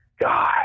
God